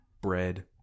bread